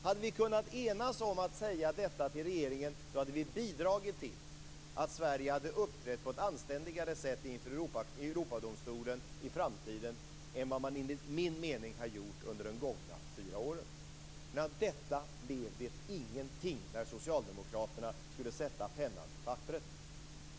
Hade vi kunnat enas om att säga detta till regeringen, hade vi bidragit till att Sverige hade uppträtt på ett anständigare sätt inför Europadomstolen i framtiden än vad man enligt min mening har gjort under de gångna fyra åren. Av detta blev det ingenting när socialdemokraterna skulle sätta pennan till papperet.